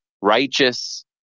righteous